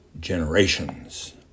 generations